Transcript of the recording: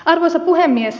arvoisa puhemies